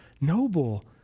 noble